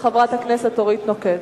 חברת הכנסת אורית נוקד.